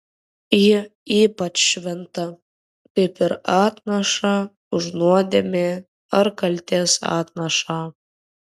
ji ypač šventa kaip ir atnaša už nuodėmę ar kaltės atnaša